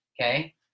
Okay